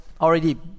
already